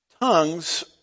Tongues